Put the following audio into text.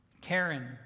karen